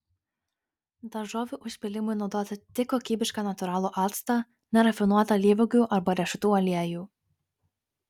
daržovių užpylimui naudoti tik kokybišką natūralų actą nerafinuotą alyvuogių arba riešutų aliejų